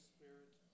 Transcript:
Spirit